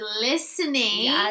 listening